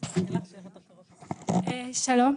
שלום.